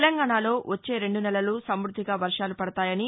తెలంగాణాలో వచ్చే రెండు నెలలు సమృద్దిగా వర్షాలు పడతాయని